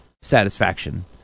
satisfaction